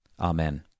Amen